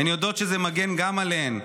הן יודעות שזה מגן גם עליהן,